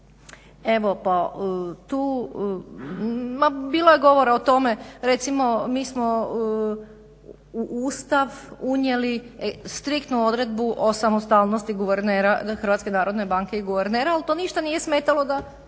Evo pa tu ma bilo je govora o tome recimo mi smo u Ustav unijeli striktnu odredbu o samostalnosti guvernera HNB-a i guvernera ali to ništa nije smetalo da